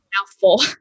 mouthful